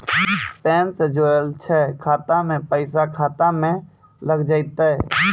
Pan ने जोड़लऽ छै खाता मे पैसा खाता मे लग जयतै?